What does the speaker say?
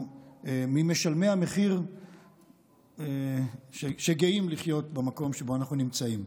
ממשלמי המחיר שגאים לחיות במקום שבו אנחנו נמצאים.